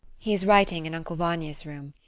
he is writing in uncle vanya's room.